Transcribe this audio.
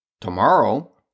Tomorrow